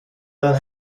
dann